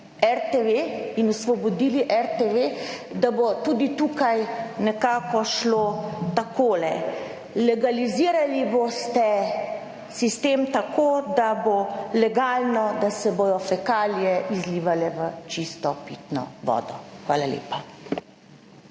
RTV in osvobodili RTV, da bo tudi tukaj nekako šlo takole, legalizirali boste sistem tako, da bo legalno, da se bodo fekalije izlivale v čisto pitno vodo. Hvala lepa.